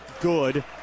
good